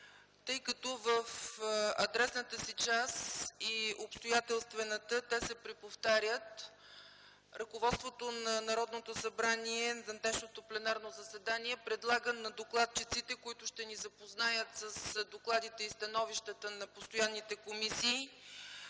Тъй като в адресната и обстоятелствената си част те се приповтарят, ръководството на Народното събрание за днешното пленарно заседание предлага на докладчиците, които ще ни запознаят с докладите и становищата на постоянните комисии,